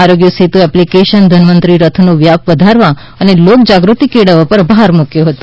Aarogya Setu application Dhanvantari રથનો વ્યાપ વધારવા અને લોકજાગૃતિ કેળવવા પર ભાર મૂક્યો હતો